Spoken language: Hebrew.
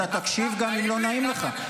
אתה תקשיב גם אם לא נעים לך.